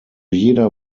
jeder